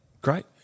Great